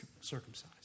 circumcised